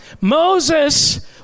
Moses